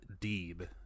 Deeb